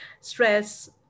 stress